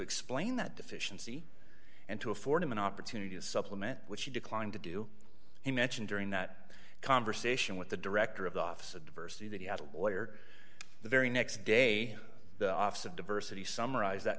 explain that deficiency and to afford him an opportunity to supplement which he declined to do he mentioned during that conversation with the director of the office of diversity that he had a lawyer the very next day the office of diversity summarized that